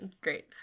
Great